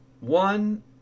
One